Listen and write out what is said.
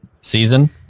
Season